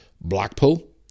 Blackpool